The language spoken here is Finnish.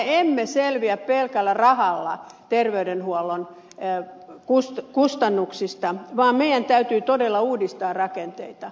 kuitenkaan me emme selviä pelkällä rahalla terveydenhuollon kustannuksista vaan meidän täytyy todella uudistaa rakenteita